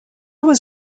was